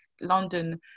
London